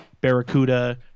Barracuda